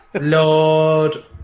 Lord